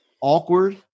awkward